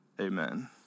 amen